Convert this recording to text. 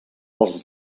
els